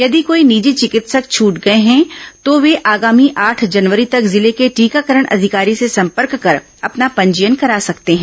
यदि कोई निजी विकित्सक छूट गए हैं तो वे आगामी आठ जनवरी तक जिले के टीकाकरण अधिकारी से संपर्क कर अपना पंजीयन करा सकते हैं